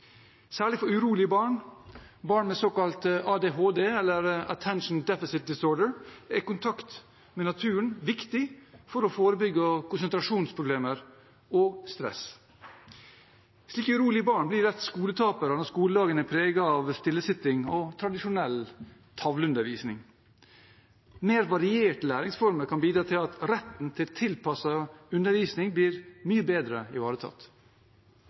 Særlig for urolige barn, barn med ADHD, eller «Attention Deficit Disorder», er kontakt med naturen viktig for å forebygge konsentrasjonsproblemer og stress. Slike urolige barn blir lett skoletapere når skoledagen er preget av stillesitting og tradisjonell tavleundervisning. Mer varierte læringsformer kan bidra til at retten til tilpasset undervisning blir mye bedre ivaretatt.